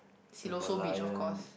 the Merlion